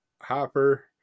Hopper